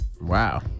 Wow